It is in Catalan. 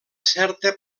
certa